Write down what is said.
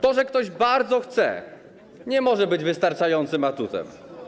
To, że ktoś bardzo chce, nie może być wystarczającym atutem.